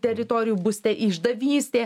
teritorijų bus te išdavystė